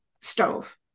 stove